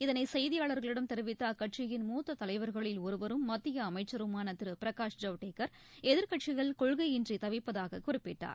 இதனைசெய்தியாளர்களிடம் தெரிவித்தஅக்கட்சியின் மூத்ததைவர்களில் ஒருவரும் மத்தியஅமைச்சருமானதிருபிரகாஷ் ஜவ்டேகர் எதிர்க்கட்சிகள் கொள்கையின்றிதவிப்பதாககுறிப்பிட்டார்